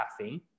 caffeine